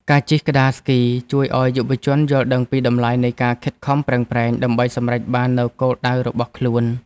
ការជិះក្ដារស្គីជួយឱ្យយុវជនយល់ដឹងពីតម្លៃនៃការខិតខំប្រឹងប្រែង ដើម្បីសម្រេចបាននូវគោលដៅរបស់ខ្លួន។